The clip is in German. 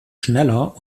schneller